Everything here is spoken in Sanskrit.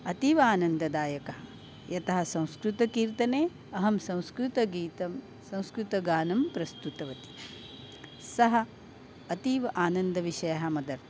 अतीव आनन्ददायकः यतः संस्कृतकीर्तने अहं संस्कृतगीतं संस्कृतगानं प्रस्तुतवती सः अतीव आनन्दविषयः मदर्थम्